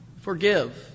Forgive